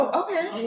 okay